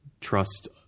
trust